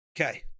Okay